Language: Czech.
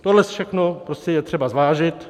Toto všechno prostě je třeba zvážit.